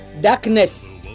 darkness